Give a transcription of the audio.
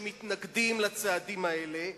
שמתנגדים לצעדים האלה,